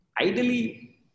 ideally